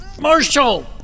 Marshall